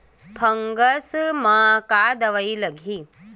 Fungus म का दवाई लगी?